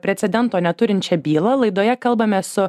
precedento neturinčią bylą laidoje kalbame su